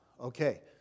Okay